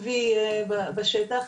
צבי בשטח,